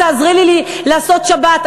תעזרי לי לעשות שבת,